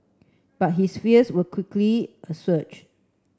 but his fears were quickly assuaged